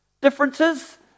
differences